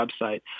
website